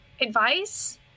advice